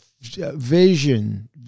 vision